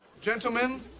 gentlemen